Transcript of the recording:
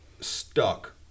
stuck